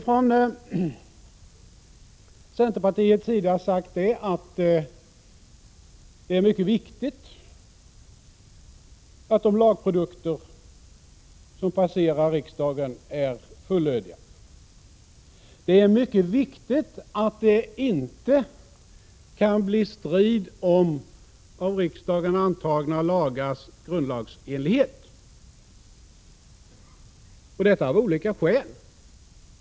Från centerpartiet har vi sagt att det är mycket viktigt att de lagprodukter som passerar riksdagen är fullödiga. Det är mycket viktigt att det inte kan bli strid om av riksdagen antagna lagars grundlagsenlighet. Detta är betydelsefullt av olika skäl.